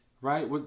right